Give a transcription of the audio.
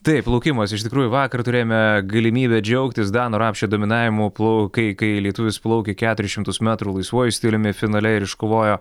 taip plaukimas iš tikrųjų vakar turėjome galimybę džiaugtis dano rapšio dominavimu plau kai kai lietuvis plaukė keturis šimtus metrų laisvuoju stiliumi finale ir iškovojo